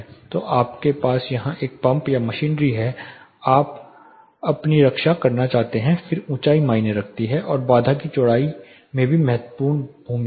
तो आपके पास यहां एक पंप या मशीनरी है आप अपनी रक्षा करना चाहते हैं फिर ऊंचाई मायने रखती है और बाधा की चौड़ाई में भी महत्वपूर्ण भूमिका है